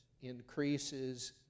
increases